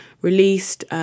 released